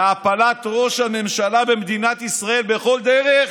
להפלת ראש הממשלה במדינת ישראל, בכל דרך,